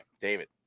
David